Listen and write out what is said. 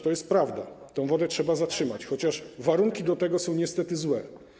To jest prawda, tę wodę trzeba zatrzymywać, chociaż warunki do tego są niestety złe.